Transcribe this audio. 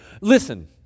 Listen